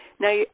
Now